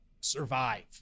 survive